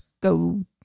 Go